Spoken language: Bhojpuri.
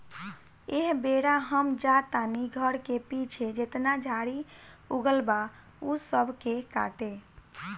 एह बेरा हम जा तानी घर के पीछे जेतना झाड़ी उगल बा ऊ सब के काटे